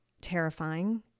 terrifying